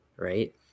right